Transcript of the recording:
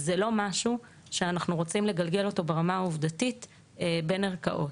זה לא משהו שאנחנו רוצים לגלגל אותו ברמה העובדתית בין ערכאות.